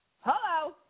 Hello